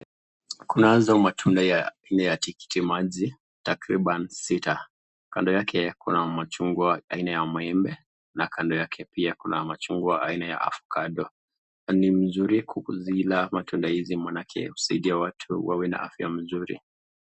Kunazo matunda ya aina ya tikitiki maji takirbani sita , kando yake kuna machungwa aina ya maembe, na kando yake pia kuna machungwa aina ya avocado. Ni mzuri kuzila matunda hizi kwa sababu usaidia watu wawe na afya mzuri.